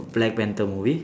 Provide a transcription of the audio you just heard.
black panther movie